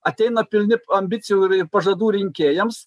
ateina pilni ambicijų ir ir pažadų rinkėjams